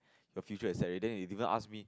your future is set already they even ask me